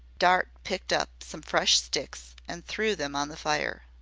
dart picked up some fresh sticks and threw them on the fire.